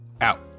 out